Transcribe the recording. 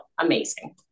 amazing